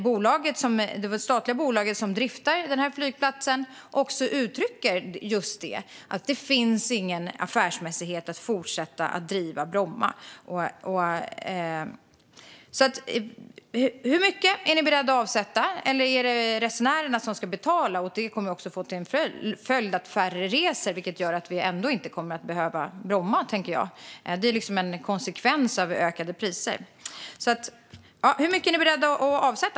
Det statliga bolag som driver flygplatsen uttrycker just att det inte finns någon affärsmässighet i att fortsätta driva Bromma. Hur mycket är ni beredda att avsätta? Eller är det resenärerna som ska betala? Det kommer att få till följd att färre reser, vilket gör att vi ändå inte kommer att behöva Bromma, tänker jag. Det är liksom en konsekvens av ökade priser. Hur mycket är ni beredda att avsätta?